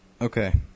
Okay